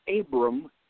Abram